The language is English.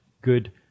good